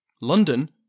London